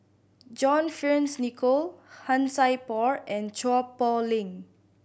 John Fearns Nicoll Han Sai Por and Chua Poh Leng